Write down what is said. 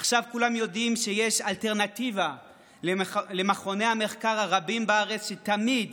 עכשיו כולם יודעים שיש אלטרנטיבה למכוני המחקר הרבים בארץ שתמיד